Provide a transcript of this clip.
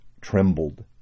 trembled